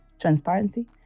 transparency